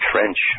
French